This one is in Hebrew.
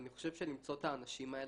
ואני חושב שלמצוא את האנשים האלה,